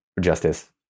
justice